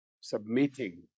submitting